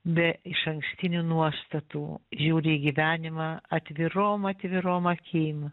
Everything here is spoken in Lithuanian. be išankstinių nuostatų žiūri į gyvenimą atvirom atvirom akim